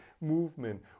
movement